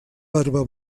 barba